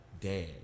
dad